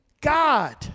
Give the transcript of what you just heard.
God